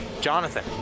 Jonathan